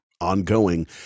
ongoing